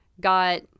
got